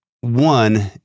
one